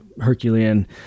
Herculean